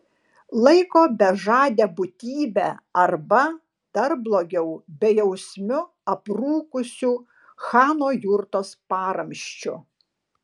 laiko bežade būtybe arba dar blogiau bejausmiu aprūkusiu chano jurtos paramsčiu